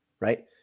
right